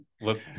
Look